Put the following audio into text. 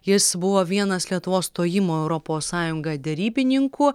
jis buvo vienas lietuvos stojimo į europos sąjungą derybininkų